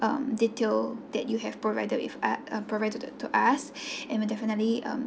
um detail that you have provided with us and provided to us and we definitely um